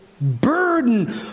burden